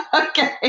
Okay